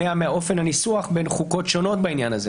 מאופן הניסוח בין חוקות שונות בעניין הזה.